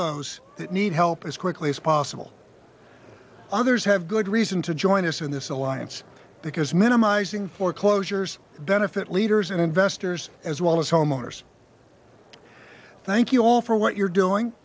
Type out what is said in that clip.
those that need help as quickly as possible others have good reason to join us in this alliance because minimizing foreclosures benefit leaders and investors as well as homeowners thank you all for what you're doing